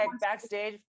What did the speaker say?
backstage